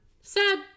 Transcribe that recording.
sad